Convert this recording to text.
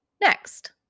Next